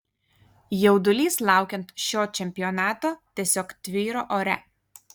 jaudulys laukiant šio čempionato tiesiog tvyro ore